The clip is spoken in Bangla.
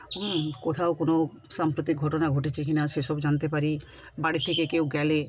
কোথাও কোনো সাম্প্রতিক ঘটনা ঘটেছে কিনা সে সব জানতে পারি বাড়ি থেকে কেউ গেলে